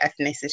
ethnicity